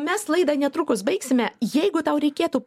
mes laidą netrukus baigsime jeigu tau reikėtų